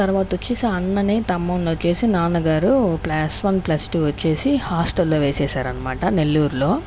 తర్వాత వచ్చేసి అన్నని తమ్ముని వచ్చేసి నాన్నగారు ప్లస్ వన్ ప్లస్ టు వచ్చేసి హాస్టల్లో వేసేశారు అనమాట నెల్లూరులో